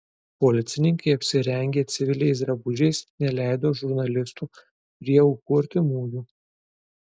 policininkai apsirengę civiliais drabužiais neleido žurnalistų prie aukų artimųjų